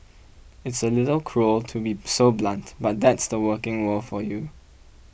it's a little cruel to be so blunt but that's the working world for you